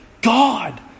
God